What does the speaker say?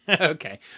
okay